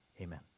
amen